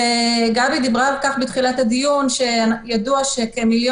גבי דיברה בתחילת על הדיון על כך שידוע שכמיליון